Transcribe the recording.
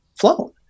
flown